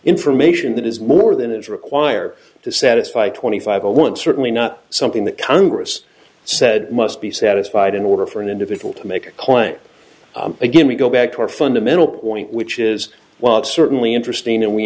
information that is more than is required to satisfy twenty five one certainly not something that congress said must be satisfied in order for an individual to make a claim again we go back to our fundamental point which is well it's certainly interesting and we